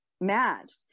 matched